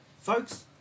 Folks